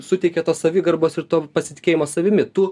suteikia tos savigarbos ir to pasitikėjimo savimi tu